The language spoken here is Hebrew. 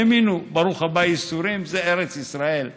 האמינו, ברוך הבא, ייסורים, זה ארץ ישראל.